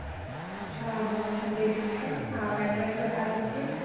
अच्छा हाँ चलिए ठीक है आप एड्रेस बता दीजिए